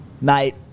mate